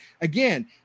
again